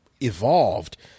evolved